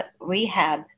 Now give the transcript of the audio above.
rehab